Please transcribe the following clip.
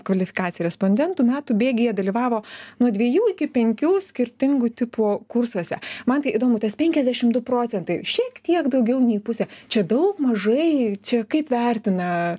kvalifikaciją respondentų metų bėgyje dalyvavo nuo dviejų iki penkių skirtingų tipų kursuose man tai įdomu tas penkiasdešim du procentai šiek tiek daugiau nei pusė čia daug mažai čia kaip vertina